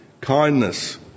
kindness